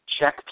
check